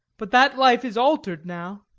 but that life is alter'd now